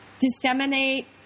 disseminate